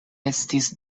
estis